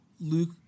Luke